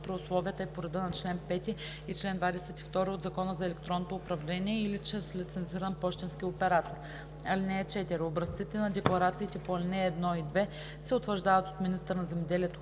при условията и по реда на чл. 5 и чл. 22 от Закона за електронното управление или чрез лицензиран пощенски оператор. (4) Образците на декларациите по ал. 1 и 2 се утвърждават от министъра на земеделието,